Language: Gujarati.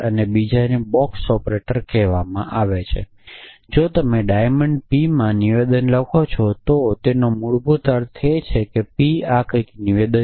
અને બીજાને બોક્સ ઑપરેટર કહેવામાં આવે છે અને જો તમે ડાયમંડ p માં નિવેદન લખો છો તો તેનો મૂળભૂત અર્થ એ છે કે p આ કંઈક નિવેદન છે